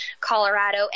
Colorado